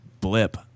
blip